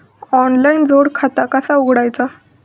Online जोड खाता कसा उघडायचा?